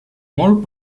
molt